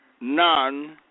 none